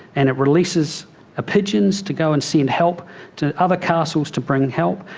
and it releases ah pigeons to go and send help to other castles to bring help,